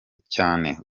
cyane